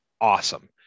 Awesome